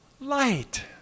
light